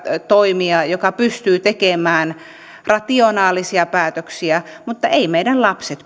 toimija joka pystyy tekemään rationaalisia päätöksiä mutta eivät meidän lapset